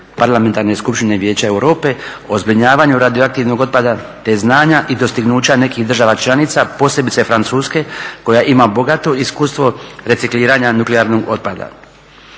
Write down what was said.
Parlamentarne skupštine Vijeća Europe o zbrinjavanju radioaktivnog otpada, te znanja i dostignuća nekih država članica posebice Francuske koja ima bogato iskustvo recikliranja nuklearnog otpada.